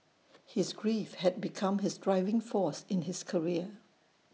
his grief had become his driving force in his career